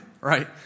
right